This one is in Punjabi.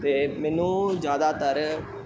ਅਤੇ ਮੈਨੂੰ ਜ਼ਿਆਦਾਤਰ